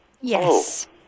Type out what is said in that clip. Yes